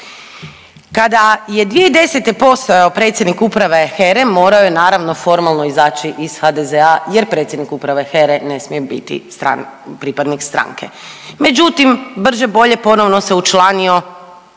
Kada je 2010. postojao predsjednik uprave HERE morao je naravno formalno izaći iz HDZ-a jer predsjednik uprave HERE ne smije biti pripadnik stranke. Međutim, brže bolje ponovno se učlanio